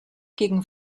gegen